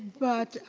but